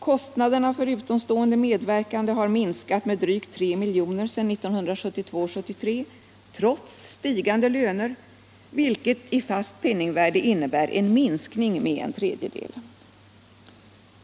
Kostnaderna för utomstående medverkande har minskat med drygt 3 milj.kr. sedan 1972/73, trots stigande löner, vilket i fast penningvärde innebär en minskning med en tredjedel.